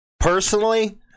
Personally